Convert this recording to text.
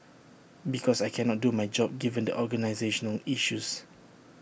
because I cannot do my job given the organisational issues